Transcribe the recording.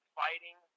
fighting